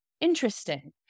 Interesting